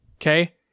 okay